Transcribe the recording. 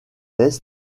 l’est